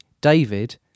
David